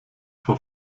vor